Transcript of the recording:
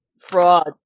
fraud